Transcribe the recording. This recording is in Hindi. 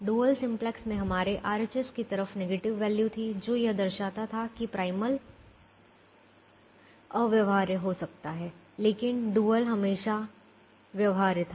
डुअल सिम्प्लेक्स में हमारे RHS की तरफ नेगेटिव वैल्यू थी जो यह दर्शाता था कि प्राइमल अव्यवहार्य हो सकता है लेकिन डुअल हमेशा व्यवहार्य था